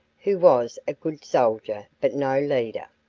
who was a good soldier, but no leader.